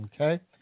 Okay